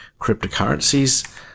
cryptocurrencies